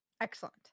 Excellent